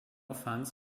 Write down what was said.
funds